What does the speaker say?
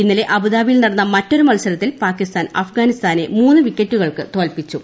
ഇന്നലെ അബുദാബിയിൽ നടന്ന മറ്റൊരു മത്സരത്തിൽ പാക്കിസ്ഥാൻ അഫ്ഗാനിസ്സ്ഥാനെ ദ വിക്കറ്റുകൾക്ക് തോൽപ്പിച്ചു